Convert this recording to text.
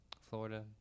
Florida